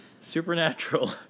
Supernatural